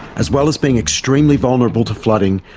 as well as being extremely vulnerable to flooding,